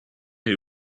who